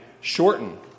shorten